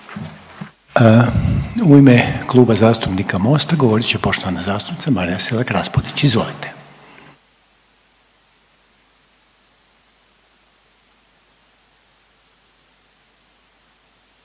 U ime Kluba zastupnika HDZ-a govorit će poštovana zastupnica Nada Murganić, izvolite.